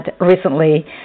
recently